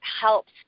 helps